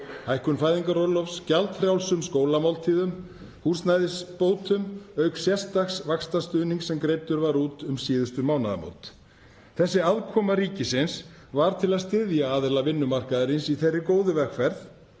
hækkun barnabóta, gjaldfrjálsum skólamáltíðum, húsnæðisbótum auk sérstaks vaxtastuðnings sem greiddur var út um síðustu mánaðamót. Þessi aðkoma ríkisins var til að styðja aðila vinnumarkaðarins í þeirra góðu vegferð